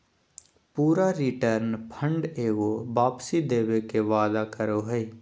पूरा return fund एगो वापसी देवे के वादा करो हइ